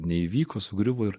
neįvyko sugriuvo ir